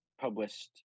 published